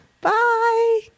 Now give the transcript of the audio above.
Bye